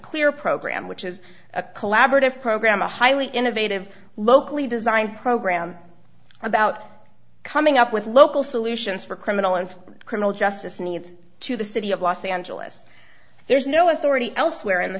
clear program which is a collaborative program a highly innovative locally designed program about coming up with local solutions for criminal and criminal justice needs to the city of los angeles there's no authority elsewhere in the